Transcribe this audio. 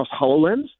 HoloLens